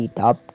top